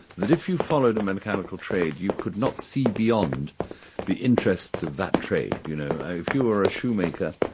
that if you followed a mechanical trade, you could not see beyond the interests of that trade, you know. if you were a shoemaker,